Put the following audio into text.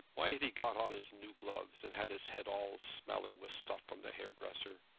why had he got on his new gloves, and had his head all smelling with stuff from de hairdresser?